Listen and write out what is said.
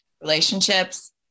relationships